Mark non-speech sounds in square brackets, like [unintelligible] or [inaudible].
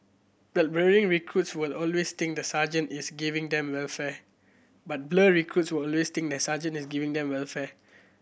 but [unintelligible] recruits will always think the sergeant is giving them welfare but blur recruits will always think the sergeant is giving them welfare